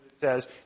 says